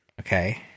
Okay